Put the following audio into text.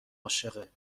عاشقه